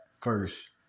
first